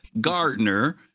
Gardner